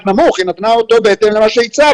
נמוך כי היא נתנה אותו בהתאם למה שהצהרת.